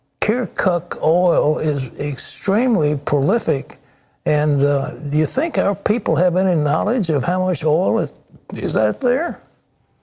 kirkuk oil is extremely prolific and you think our people have any knowledge of how much oil and is out there?